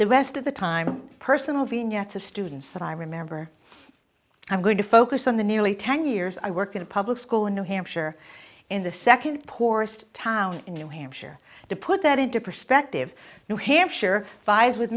the rest of the time personal vignette of students that i remember i'm going to focus on the nearly ten years i worked in a public school in new hampshire in the second poorest town in new hampshire to put that into perspective new hampshire